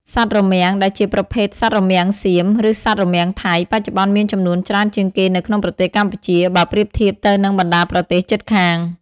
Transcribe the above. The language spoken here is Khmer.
សត្វរមាំងដែលជាប្រភេទ សត្វរមាំងសៀម ឬសត្វរមាំងថៃ បច្ចុប្បន្នមានចំនួនច្រើនជាងគេនៅក្នុងប្រទេសកម្ពុជា បើប្រៀបធៀបទៅនឹងបណ្តាប្រទេសជិតខាង។